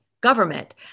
government